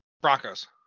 Broncos